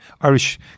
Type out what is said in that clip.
Irish